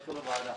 בסדר גמור.